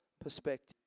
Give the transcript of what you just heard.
perspective